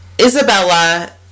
Isabella